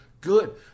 good